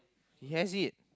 he has it